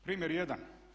Primjer jedan.